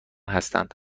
هستند